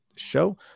show